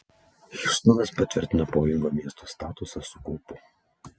hjustonas patvirtina pavojingo miesto statusą su kaupu